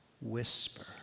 whisper